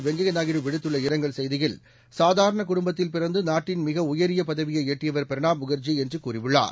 வெங்கைய நாயுடு விடுத்துள்ள இரங்கல் செய்தியில் சாதாரண குடும்பத்தில் பிறந்து நாட்டின் மிக உயரிய பதவியை எட்டியவர் பிரணாப் முகர்ஜி என்று கூறியுள்ளார்